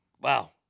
Wow